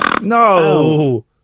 No